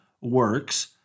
works